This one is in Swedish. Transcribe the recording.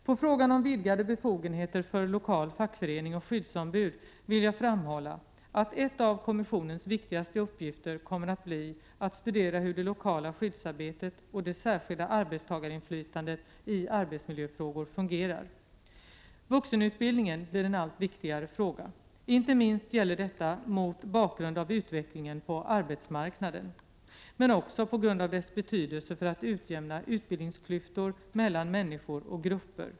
På frågan om vidgade befogenheter för lokal fackförening och skyddsombud vill jag framhålla att en av kommissionens viktigaste uppgifter kommer att bli att studera hur det lokala skyddsarbetet och det särskilda arbetstagarinflytandet i arbetsmiljöfrågor fungerar. Vuxenutbildningen blir en allt viktigare fråga. Inte minst gäller detta mot bakgrund av utvecklingen på arbetsmarknaden, men också på grund av dess betydelse för att utjämna utbildningsklyftor mellan människor och grupper.